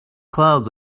clouds